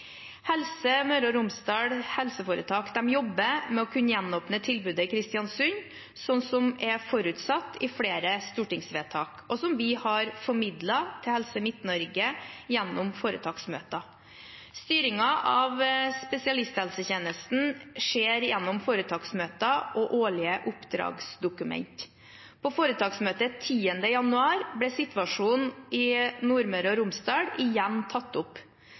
Helse Møre og Romsdal HF jobber med å kunne gjenåpne tilbudet i Kristiansund, slik det er forutsatt i flere stortingsvedtak, og som vi har formidlet til Helse Midt-Norge gjennom foretaksmøter. Styringen av spesialisthelsetjenesten skjer gjennom foretaksmøter og årlige oppdragsdokument. På foretaksmøtet 10. januar ble situasjonen i Nordmøre og Romsdal igjen tatt opp.